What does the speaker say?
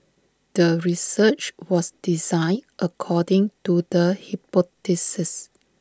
the research was designed according to the hypothesis